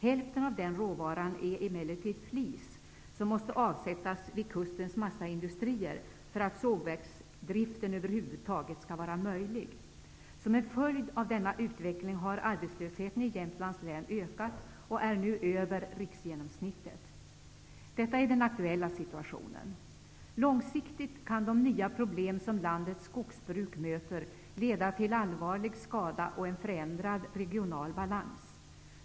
Hälften av den råvaran är emellertid flis, som måste avsättas vid kustens massaindustrier för att sågverksdriften över huvud taget skall vara möjlig. Som en följd av denna utveckling har arbetslösheten i Jämtlands län ökat och är nu över riksgenomsnittet. Detta är den aktuella situationen. Långsiktigt kan de nya problem som landets skogsbruk möter leda till allvarlig skada och en förändrad regional balans.